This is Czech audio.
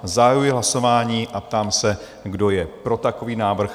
Zahajuji hlasování a ptám se, kdo je pro takový návrh?